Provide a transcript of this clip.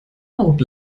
haut